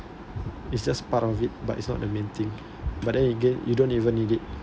it's just part of it but it's not the main thing but then again you don't even need it